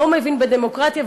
לא מבין בדמוקרטיה,